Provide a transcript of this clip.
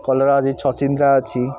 କଲରା ଅଛି ଛଚିନ୍ଦ୍ରା ଅଛି